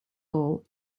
hall